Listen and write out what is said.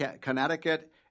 Connecticut